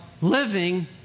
living